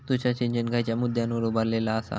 तुषार सिंचन खयच्या मुद्द्यांवर उभारलेलो आसा?